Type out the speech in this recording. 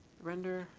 render.